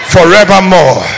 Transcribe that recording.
Forevermore